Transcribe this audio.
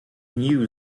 knew